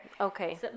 Okay